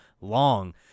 long